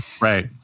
Right